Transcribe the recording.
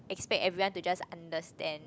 expect everyone to understand